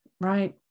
Right